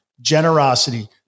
Generosity